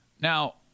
now